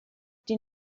die